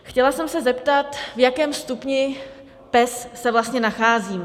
Chtěla jsem se zeptat, v jakém stupni PES se vlastně nacházíme.